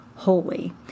Holy